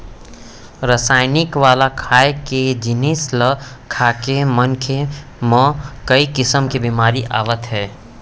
रसइनिक वाला खाए के जिनिस ल खाके मनखे म कइ किसम के बेमारी आवत हे